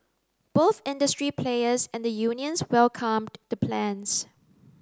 both industry players and the unions welcomed the plans